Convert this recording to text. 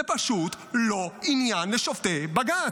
זה פשוט לא עניין לשופטי בג"ץ.